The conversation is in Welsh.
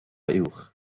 uwch